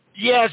Yes